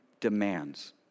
demands